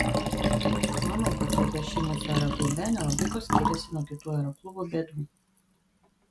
manau kad rūpesčiai mūsų aeroklube nelabai kuo skiriasi nuo kitų aeroklubų bėdų